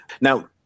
Now